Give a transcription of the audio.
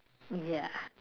ya